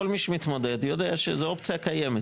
כל מי שמתמודד יודע שזו אופציה קיימת.